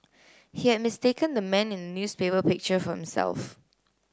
he had mistaken the man in newspaper picture for himself